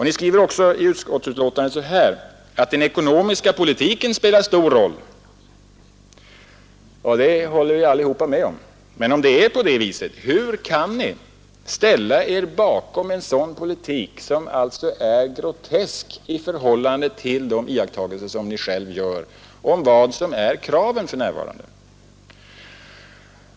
Ni skriver också i utskottsbetänkandet så här: ”Den ekonomiska politiken spelar stor roll ———.” Det håller vi alla med om. Men om det är på det viset, hur kan ni ställa er bakom en politik som är grotesk i förhållande till de iakttagelser som ni själva gör om vad som är kraven för närvarande?